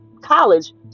college